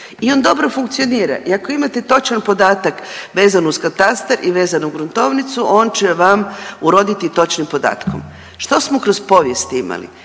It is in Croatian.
i on dobro funkcionira i ako imate točan podatak vezan uz katastar i vezan uz gruntovnicu on će vam uroditi točnim podatkom. Što smo kroz povijest imali?